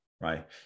right